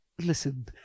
listen